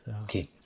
okay